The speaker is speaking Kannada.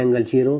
12 j8